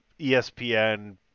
ESPN